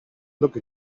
look